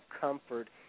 comfort